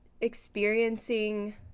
experiencing